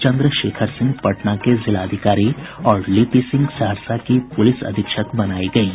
चन्द्रशेखर सिंह पटना के जिलाधिकारी और लिपि सिंह सहरसा की पुलिस अधीक्षक बनायी गयीं